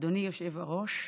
אדוני היושב-ראש,